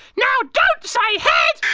now don't say head,